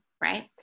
right